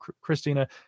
Christina